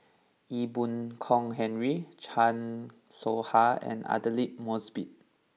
Ee Boon Kong Henry Chan Soh Ha and Aidli Mosbit